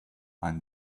and